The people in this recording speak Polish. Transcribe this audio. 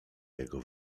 jego